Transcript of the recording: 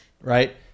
Right